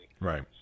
Right